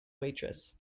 waitress